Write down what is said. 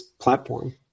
platform